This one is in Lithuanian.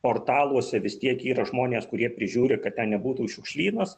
portaluose vis tiek yra žmonės kurie prižiūri kad nebūtų šiukšlynas